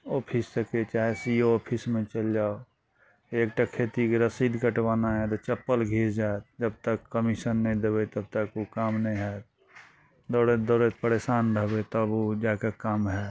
ऑफिससँ के कहए C O ऑफिसमे चलि जाउ एकटा खेती कऽ रसीद कटवाना यऽ तऽ चप्पल घीस जाएत जबतक कमीशन नहि देबै तबतक ओ काम नहि होएत दौड़ैत दौड़ैत परेशान रहबै तब ओ जा कऽ काम होएत